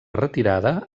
retirada